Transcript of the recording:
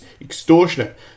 extortionate